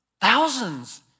thousands